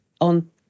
on